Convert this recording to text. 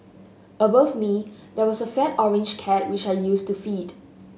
above me there was a fat orange cat which I used to feed